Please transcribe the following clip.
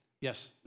Yes